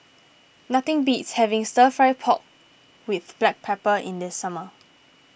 nothing beats having Stir Fry Pork with Black Pepper in the summer